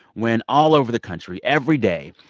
when all over the country, every day,